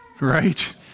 Right